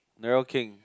NarelleKheng